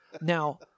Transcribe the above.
Now